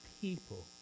people